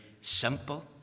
simple